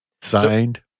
Signed